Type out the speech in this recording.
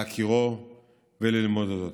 להכירו וללמוד על אודותיו.